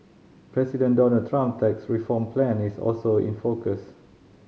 President Donald Trump tax reform plan is also in focus